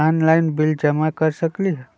Online bill जमा कर सकती ह?